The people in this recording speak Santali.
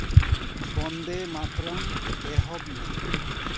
ᱵᱚᱱᱫᱮ ᱢᱟᱛᱚᱨᱚᱢ ᱮᱦᱚᱵ ᱢᱮ